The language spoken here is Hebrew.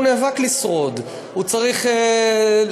הוא נאבק לשרוד, הוא צריך להרוויח,